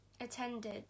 attended